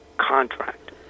contract